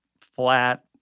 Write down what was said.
flat